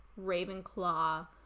Ravenclaw